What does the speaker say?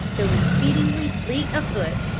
though exceedingly fleet of foot,